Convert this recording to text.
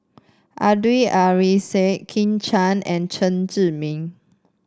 Abdul Kadir Syed Kit Chan and Chen Zhiming